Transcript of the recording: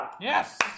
Yes